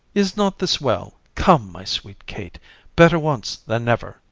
is not this well? come, my sweet kate better once than never,